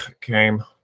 came